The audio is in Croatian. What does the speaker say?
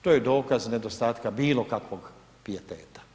To je dokaz nedostatka bilo kakvog pijeteta.